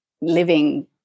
living